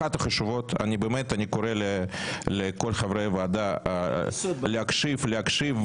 אני קורא לכל חברי הוועדה להקשיב ולתמוך,